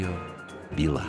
jo byla